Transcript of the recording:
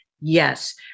Yes